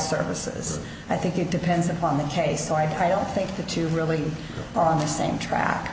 services i think it depends upon the case so i don't think the two really are on the same track